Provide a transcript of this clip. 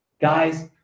Guys